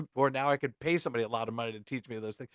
ah or now i could pay somebody a lot of money to teach me those like